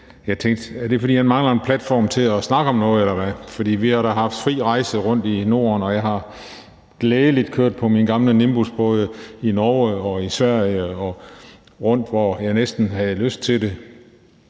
Jeg tænkte: Er det, fordi han mangler en platform til at snakke om noget, eller hvad? For vi har da haft fri rejse rundt i Norden, og jeg har gladelig kørt på min gamle Nimbus i både Norge og Sverige og rundt, næsten hvor jeg havde lyst til det,